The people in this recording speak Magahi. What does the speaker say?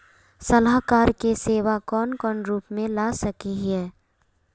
सलाहकार के सेवा कौन कौन रूप में ला सके हिये?